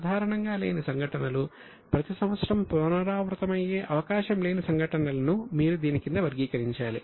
సాధారణంగా లేని సంఘటనలు ప్రతి సంవత్సరం పునరావృతమయ్యే అవకాశం లేని సంఘటనలను మీరు దీని కింద వర్గీకరించాలి